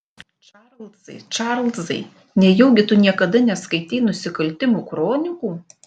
čarlzai čarlzai nejaugi tu niekada neskaitei nusikaltimų kronikų